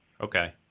Okay